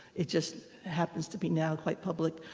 it just happens to be, now, quite public,